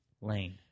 lane